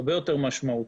הרבה יותר משמעותי.